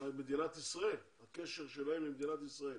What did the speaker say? מדינת ישראל, הקשר שלהם למדינת ישראל.